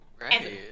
Right